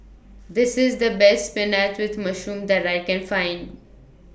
This IS The Best Spinach with Mushroom that I Can Find